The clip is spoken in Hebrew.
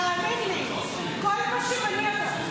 תאמין לי, כל מה שמניע אותם,